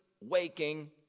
waking